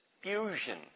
fusion